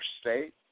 state